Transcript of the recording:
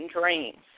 dreams